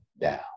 down